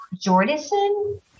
Jordison